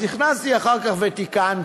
אז נכנסתי אחר כך ותיקנתי.